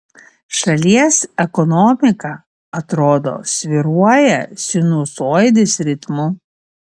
šalies ekonomika atrodo svyruoja sinusoidės ritmu